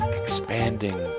expanding